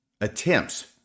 attempts